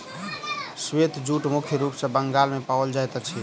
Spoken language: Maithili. श्वेत जूट मुख्य रूप सॅ बंगाल मे पाओल जाइत अछि